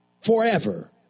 forever